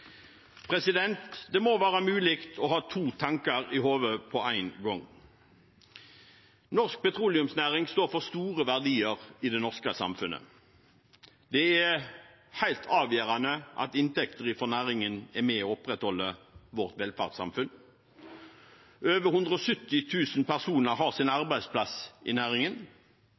Det må være mulig å ha to tanker i hodet på én gang. Norsk petroleumsnæring står for store verdier i det norske samfunnet. Det er helt avgjørende at inntekter fra næringen er med på å opprettholde vårt velferdssamfunn. Over 170 000 personer har sin arbeidsplass i næringen,